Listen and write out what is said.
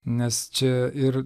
nes čia ir